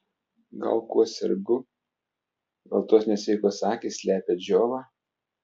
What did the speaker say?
gal kuo sergu gal tos nesveikos akys slepia džiovą